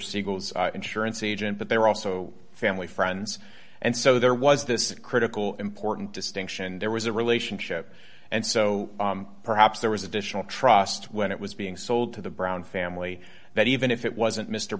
siegel's insurance agent but they were also family friends and so there was this critical important distinction there was a relationship and so perhaps there was additional trust when it was being sold to the brown family that even if it wasn't mr